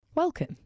Welcome